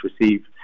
receive